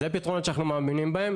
זה פתרונות שאנחנו מאמינים בהם.